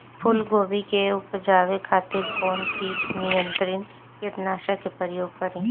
फुलगोबि के उपजावे खातिर कौन कीट नियंत्री कीटनाशक के प्रयोग करी?